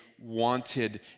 wanted